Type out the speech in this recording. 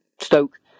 Stoke